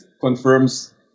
confirms